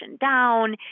down